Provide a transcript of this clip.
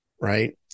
Right